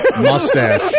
mustache